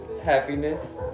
happiness